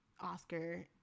oscar